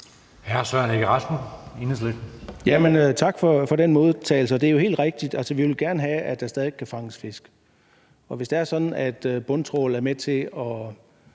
20:24 Søren Egge Rasmussen (EL): Tak for den modtagelse. Det er jo helt rigtigt, at vi gerne vil have, at der stadig kan fanges fisk, og hvis det er sådan, at bundtrawl er med til at